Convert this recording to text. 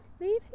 leave